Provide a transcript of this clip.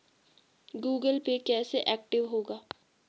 Google Pay active एक्टिव होगा?